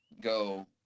go